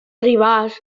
ribàs